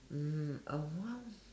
um a !wow!